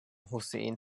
hussein